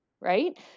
right